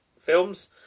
films